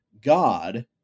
God